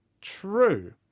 true